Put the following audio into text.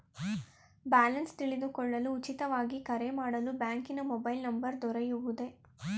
Balance ತಿಳಿದುಕೊಳ್ಳಲು ಉಚಿತವಾಗಿ ಕರೆ ಮಾಡಲು ಬ್ಯಾಂಕಿನ ಮೊಬೈಲ್ ನಂಬರ್ ದೊರೆಯುವುದೇ?